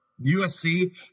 USC